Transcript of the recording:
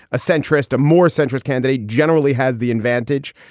a centrist, a more centrist candidate generally has the advantage,